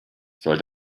soll